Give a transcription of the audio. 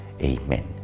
Amen